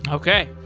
and okay.